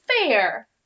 fair